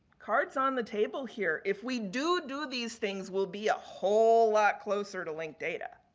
cards on the table here. if we do do these things, we'll be a whole lot closer to link data.